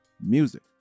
music